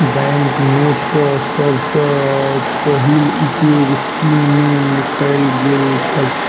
bank नोटक सभ सॅ पहिल उपयोग चीन में कएल गेल छल